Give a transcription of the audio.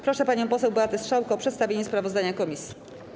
Proszę panią poseł Beatę Strzałkę o przedstawienie sprawozdania komisji.